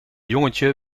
jongetje